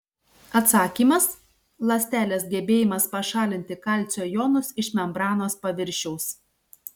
atsakymas ląstelės gebėjimas pašalinti kalcio jonus iš membranos paviršiaus